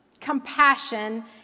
compassion